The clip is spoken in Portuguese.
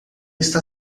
está